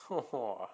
!whoa!